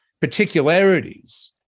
particularities